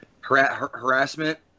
harassment